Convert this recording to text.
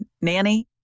Nanny